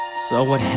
so what